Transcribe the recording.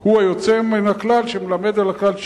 הוא היוצא מן הכלל שמלמד על הכלל,